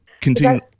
continue